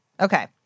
Okay